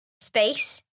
Space